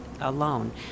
alone